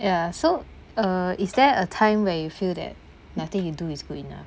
ya so uh is there a time where you feel that nothing you do is good enough